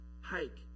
hike